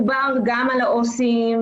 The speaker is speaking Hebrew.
מדובר גם על העו"סים,